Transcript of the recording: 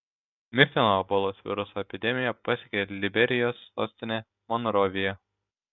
mirtino ebolos viruso epidemija pasiekė liberijos sostinę monroviją